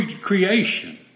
creation